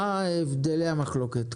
מה הבדלי המחלוקת?